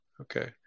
okay